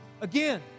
again